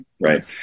Right